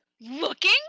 looking